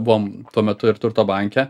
buom tuo metu ir turto banke